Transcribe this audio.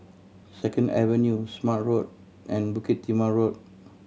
Second Avenue Smart Road and Bukit Timah Road